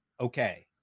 okay